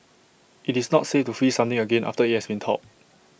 IT is not safe to freeze something again after IT has thawed